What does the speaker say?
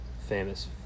famous